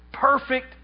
perfect